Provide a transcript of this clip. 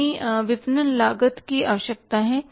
कितनी विपणन लागत की आवश्यकता है